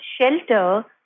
shelter